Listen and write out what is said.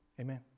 Amen